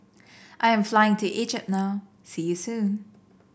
I am flying to Egypt now see you soon